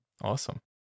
awesome